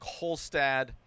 Kolstad